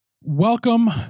Welcome